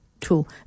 tool